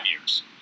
years